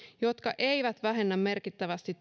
jotka eivät vähennä merkittävästi